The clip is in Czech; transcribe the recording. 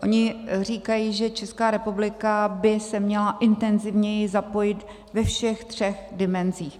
Oni říkají, že Česká republika by se měla intenzivněji zapojit ve všech třech dimenzích.